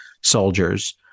soldiers